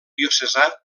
diocesà